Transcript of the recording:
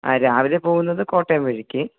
ആ രാവിലെ പോകുന്നത് കോട്ടയം വഴിക്ക്